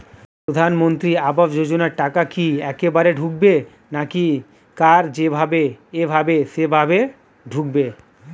প্রধানমন্ত্রী আবাস যোজনার টাকা কি একবারে ঢুকবে নাকি কার যেভাবে এভাবে সেভাবে ঢুকবে?